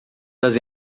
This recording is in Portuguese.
das